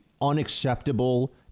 unacceptable